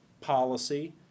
policy